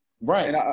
Right